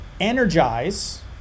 Energize